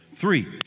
Three